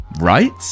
right